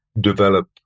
develop